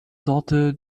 sorte